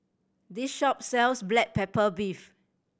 this shop sells black pepper beef